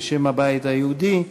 בשם הבית היהודי.